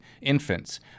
infants